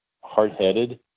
hard-headed